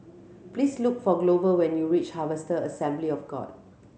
please look for Glover when you reach Harvester Assembly of God